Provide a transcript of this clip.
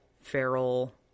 feral